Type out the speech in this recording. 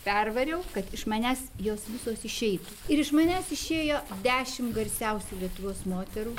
pervariau kad iš manęs jos visos išeitų ir iš manęs išėjo dešim garsiausių lietuvos moterų